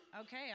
okay